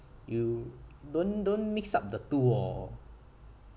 you don't don't mix up the two orh